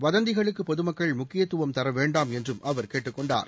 வதந்திகளுக்கு பொதுமக்கள் முக்கியத்துவம் தர வேண்டாம் என்றும் அவர் கேட்டுக் கொண்டார்